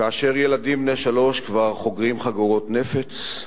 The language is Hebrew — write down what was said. כאשר ילדים בני שלוש כבר חוגרים חגורות נפץ,